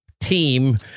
team